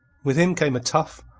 with him came a tough,